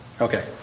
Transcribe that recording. Okay